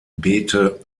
beete